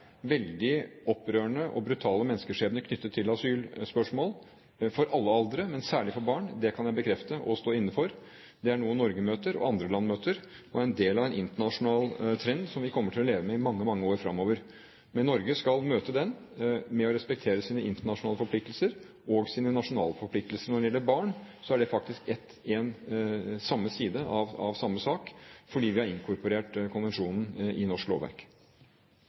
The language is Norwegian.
veldig opprørende og brutale menneskeskjebner knyttet til asylspørsmål – i alle aldre, men særlig for barn – kan jeg bekrefte og stå inne for. Det er noe Norge møter og andre land møter, og det er en del av en internasjonal trend som vi kommer til å leve med i mange, mange år fremover. Men Norge skal møte den med å respektere sine internasjonale forpliktelser og sine nasjonale forpliktelser. Når det gjelder barn, er det faktisk samme side av samme sak, fordi vi har inkorporert konvensjonen i norsk lovverk.